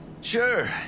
Sure